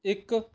ਇੱਕ